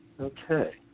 Okay